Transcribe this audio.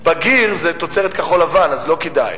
"בגיר" זה תוצרת כחול-לבן, אז לא כדאי.